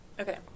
Okay